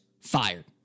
Fired